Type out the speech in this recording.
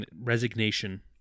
resignation